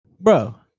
Bro